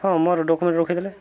ହଁ ଡକ୍ୟୁମେଣ୍ଟ ରଖିଥିଲେ